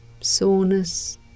soreness